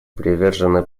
привержены